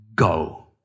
go